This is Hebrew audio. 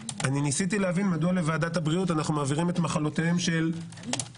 ניסיתי להבין מדוע לוועדת הבריאות אנחנו מעבירים את מחלותיהם של החיות.